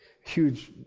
Huge